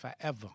forever